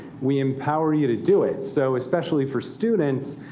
we empower you to do it. so especially for students,